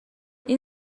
این